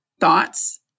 thoughts